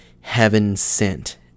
heaven-sent